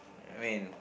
I mean